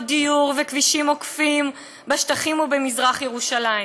דיור וכבישים עוקפים בשטחים ובמזרח ירושלים.